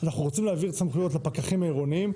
אנחנו רוצים להעביר סמכויות לפקחים העירוניים.